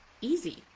easy